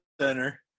Center